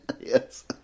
Yes